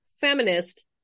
Feminist